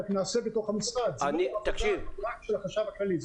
זאת לא עבודה רק של החשב הכללי.